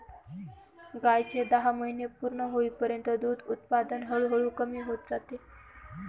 गायीचे दहा महिने पूर्ण होईपर्यंत दूध उत्पादन हळूहळू कमी होत जाते